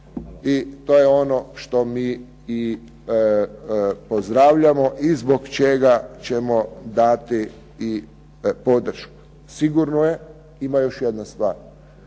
i to je ono što mi i pozdravljamo i zbog čega ćemo dati i podršku. Sigurno je ima još jedna stvar